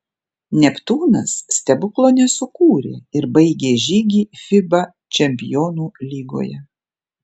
neptūnas stebuklo nesukūrė ir baigė žygį fiba čempionų lygoje